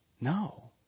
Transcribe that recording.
No